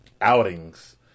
outings